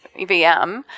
VM